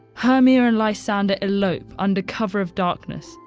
hermia and lysander elope under cover of darkness,